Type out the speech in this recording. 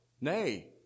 nay